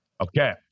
okay